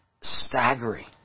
staggering